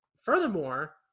furthermore